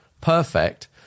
perfect